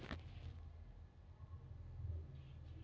RTGS ಮಾಡ್ಲೊ NEFT ಮಾಡ್ಲೊ?